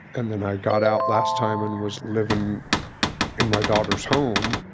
and then i got out last time and was living in my daughter's home